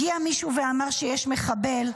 הגיע מישהו ואמר שיש מחבל.